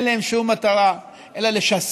אין להם שום מטרה אלא לשסע